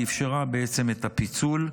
ואפשרה בעצם את הפיצול,